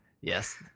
yes